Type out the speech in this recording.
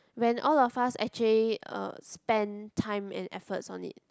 when all of us actually um spend time and efforts on it